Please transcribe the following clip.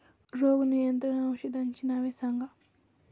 रोग नियंत्रण औषधांची नावे सांगा?